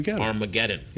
Armageddon